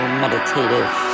meditative